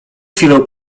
chwilę